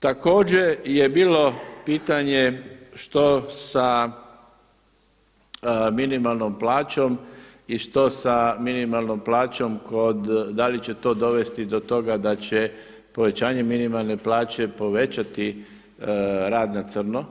Također je bilo pitanje što sa minimalnom plaćom i što sa minimalnom plaćom kod, da li će to dovesti do toga da će povećanje minimalne plaće povećati rad na crno,